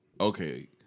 okay